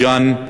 בית-ג'ן,